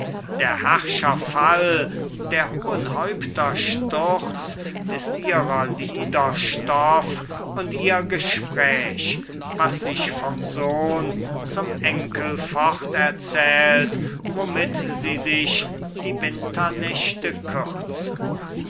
der herrscher fall der hohen häupter sturz ist ihrer lieder stoff und ihr gespräch was sich vom sohn zum enkel forterzählt womit sie sich die winternächte